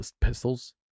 pistols